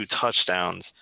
touchdowns